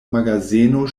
magazeno